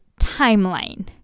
timeline